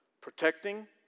protecting